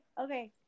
okay